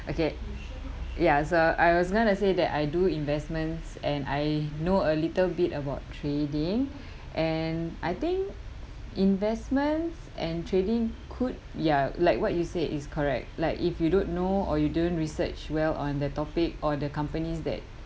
okay ya so I was gonna say that I do investments and I know a little bit about trading and I think investments and trading could ya like what you said is correct like if you don't know or you don't research well on the topic or the companies that